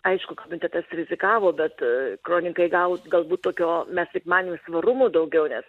aišku komitetas rizikavo bet kronikai gaut galbūt tokio mes taip manėm svarumo daugiau nes